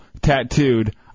tattooed